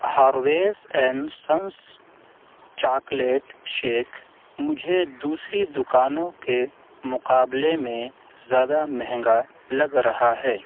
Harvey's and Sons chocolate shake مجھے دوسری دکانوں کے مقابلے میں زیادہ مہنگا لگ رہا ہے